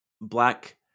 black